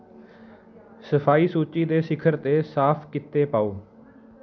ਸਫਾਈ ਸੂਚੀ ਦੇ ਸਿਖਰ 'ਤੇ ਸਾਫ਼ ਕਿੱਤੇ ਪਾਓ